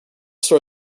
story